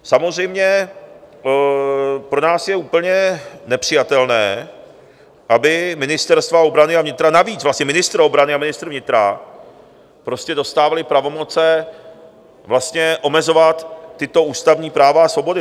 Samozřejmě pro nás je úplně nepřijatelné, aby ministerstva obrany a vnitra, navíc vlastně ministr obrany a ministr vnitra prostě dostávali pravomoce omezovat tyto ústavní práva a svobody.